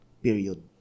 Period